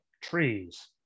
trees